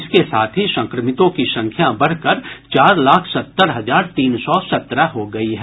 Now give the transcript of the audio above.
इसके साथ ही संक्रमितों की संख्या बढ़कर चार लाख सत्तर हजार तीन सौ सत्रह हो गयी है